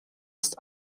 ist